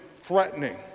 threatening